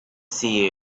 see